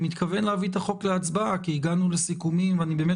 אני מתכוון להביא את החוק להצבעה כי הגענו לסיכומים ואני באמת